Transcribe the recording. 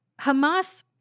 Hamas